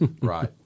Right